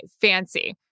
fancy